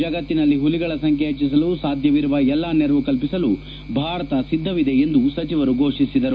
ಜಗತ್ತಿನಲ್ಲಿ ಹುಲಿಗಳ ಸಂಖ್ಯೆ ಹೆಚ್ಚಿಸಲು ಸಾಧ್ಯವಿರುವ ಎಲ್ಲಾ ನೆರವು ಕಲ್ಪಿಸಲು ಭಾರತ ಸಿದ್ದವಿದೆ ಎಂದು ಸಚಿವರು ಘೋಷಿಸಿದರು